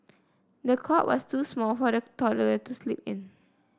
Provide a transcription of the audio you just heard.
the cot was too small for the toddler to sleep in